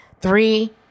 Three